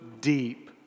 deep